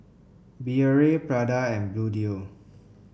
Biore Prada and Bluedio